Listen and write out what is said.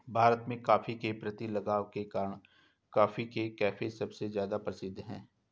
भारत में, कॉफ़ी के प्रति लगाव के कारण, कॉफी के कैफ़े सबसे ज्यादा प्रसिद्ध है